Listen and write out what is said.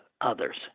others